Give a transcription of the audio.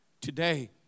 Today